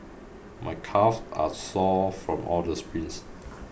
my calves are sore from all the sprints